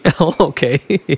okay